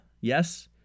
yes